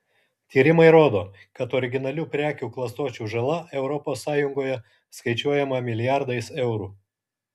tyrimai rodo kad originalių prekių klastočių žala europos sąjungoje skaičiuojama milijardais eurų